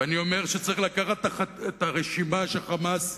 ואני אומר שצריך לקחת את הרשימה ש"חמאס"